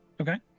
Okay